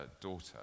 daughter